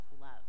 love